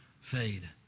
fade